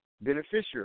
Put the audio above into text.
beneficiary